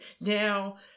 Now